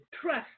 Trust